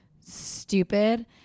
stupid